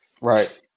Right